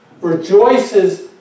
rejoices